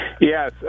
yes